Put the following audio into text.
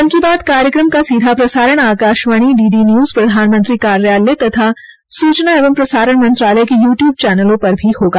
मन की बात कार्यक्रम का सीधा प्रसारण आकाशवाणी डीडी न्यूज प्रधानमंत्री कार्यालय तथा सूचना एवं प्रसारण मंत्रालय के यूट्यूब चैनलों पर भी होगा